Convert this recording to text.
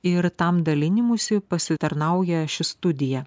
ir tam dalinimuisi pasitarnauja ši studija